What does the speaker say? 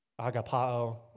agapao